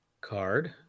card